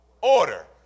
Order